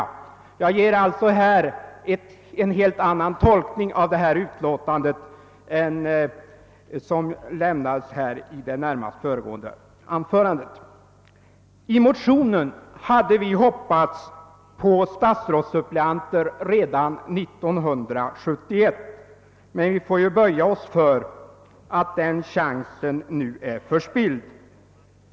Jag gör alltså här en helt annan tolkning av detta utlåtande, än den som lämnades i det närmast föregående anförandet. Vi motionärer hade hoppats att få statsrådssuppleanter redan 1971, men vi får böja oss för att den chansen nu är förspilld.